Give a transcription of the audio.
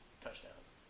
touchdowns